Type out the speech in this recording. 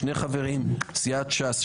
2 חברים; סיעת ש"ס,